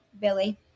Billy